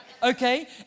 Okay